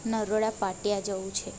નરોડા પાટિયા જવું છે